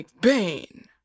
Bane